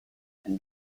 and